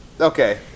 Okay